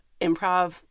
improv